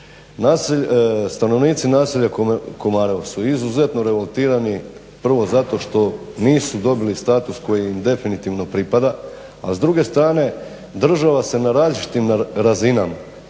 Stanovnici naselja Komarovo su izuzetno revoltirani prvo zato što nisu dobili status koji im definitivno pripada a s druge strane država se na različitim razinama